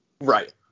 Right